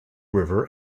river